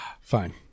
Fine